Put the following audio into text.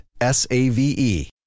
S-A-V-E